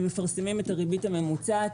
הם מפרסמים את הריבית הממוצעת,